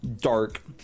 dark